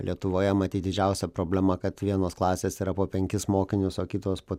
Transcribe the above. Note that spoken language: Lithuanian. lietuvoje matyt didžiausia problema kad vienos klasės yra po penkis mokinius o kitos po